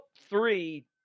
three